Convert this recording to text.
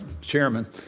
chairman